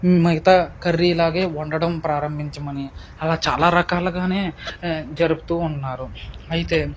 మిగతా కర్రీ ఇలాగే వండటం ప్రారంభించమని అలా చాలా రకాలుగానే జరుపుతూ ఉన్నారు అయితే